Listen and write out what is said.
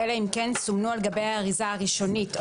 אלא אם כן סומנו על גבי האריזה הראשונית או